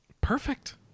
Perfect